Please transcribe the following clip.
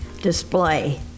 display